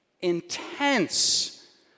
Intense